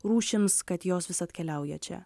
rūšims kad jos vis atkeliauja čia